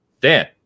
Dan